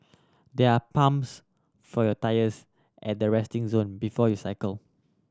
there are pumps for your tyres at the resting zone before you cycle